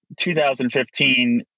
2015